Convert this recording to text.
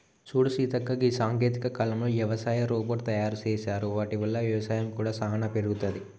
సూడు సీతక్క గీ సాంకేతిక కాలంలో యవసాయ రోబోట్ తయారు సేసారు వాటి వల్ల వ్యవసాయం కూడా సానా పెరుగుతది